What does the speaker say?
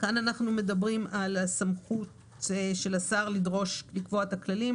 אנחנו מדברים עכשיו על הסמכות של השר לקבוע את הכללים,